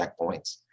checkpoints